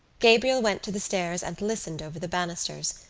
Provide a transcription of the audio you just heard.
gabriel went to the stairs and listened over the banisters.